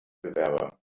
bewerber